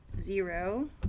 zero